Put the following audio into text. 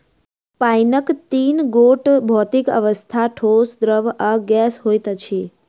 पाइनक तीन गोट भौतिक अवस्था, ठोस, द्रव्य आ गैस होइत अछि